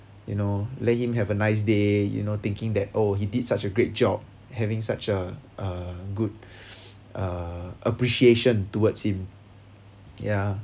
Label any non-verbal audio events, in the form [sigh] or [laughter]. you know let him have a nice day you know thinking that oh he did such a great job having such a a good [breath] uh appreciation towards him ya